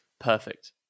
Perfect